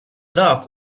dak